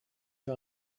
you